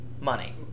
money